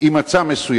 עם מצע מסוים.